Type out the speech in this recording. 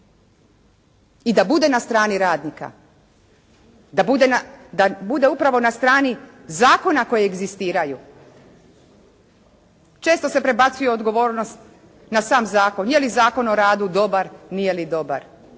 i da bude na strani radnika, da bude upravo na strani zakona koji egzistiraju. Često se prebacuje odgovornost na sam zakon, je li Zakon o radu dobar, nije li dobar.